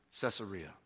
Caesarea